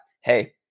hey